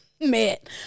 met